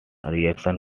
reaction